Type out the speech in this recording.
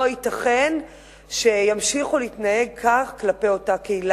לא ייתכן שימשיכו להתנהג כך כלפי אותה קהילה.